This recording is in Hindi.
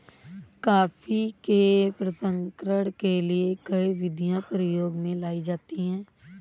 कॉफी के प्रसंस्करण के लिए कई विधियां प्रयोग में लाई जाती हैं